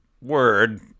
word